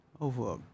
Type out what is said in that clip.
Over